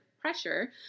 pressure